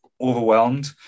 overwhelmed